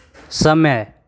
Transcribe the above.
समय